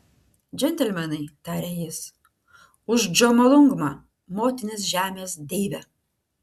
džentelmenai tarė jis už džomolungmą motinos žemės deivę